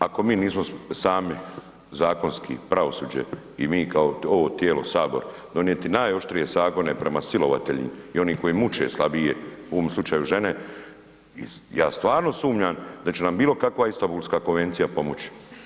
Ako mi nismo sami zakonski pravosuđe i mi kao tijelo Sabor donijeti najoštrije zakone prema silovateljima i oni koji muče slabije u ovom slučaju žene, ja stvarno sumnjam da će nam bilo kakva Istambulska konvencija pomoći.